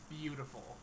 beautiful